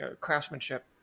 craftsmanship